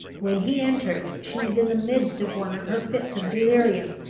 when he entered, she was in the midst of one of her fits of delirium,